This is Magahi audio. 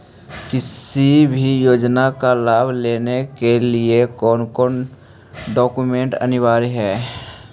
किसी भी योजना का लाभ लेने के लिए कोन कोन डॉक्यूमेंट अनिवार्य है?